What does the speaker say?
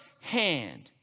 hand